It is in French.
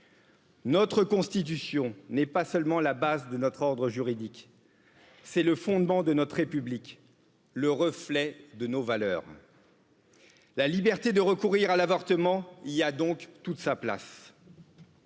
Notre Constitution n'est pas seulement la base de notre ordre juridique, c'est le fondement de notre République, le reflet de nos valeurs. La liberté de recourir à l'avortement y a donc Et le